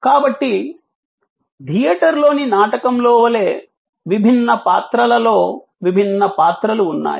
కాబట్టి థియేటర్లోని నాటకంలో వలె విభిన్న పాత్రలలో విభిన్న పాత్రలు ఉన్నాయి